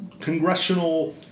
congressional